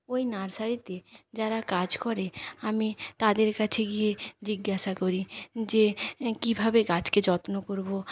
ওই নার্সারিতে যারা কাজ করে আমি তাদের কাছে গিয়ে জিজ্ঞাসা করি যে কীভাবে গাছকে যত্ন করবো